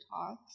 talks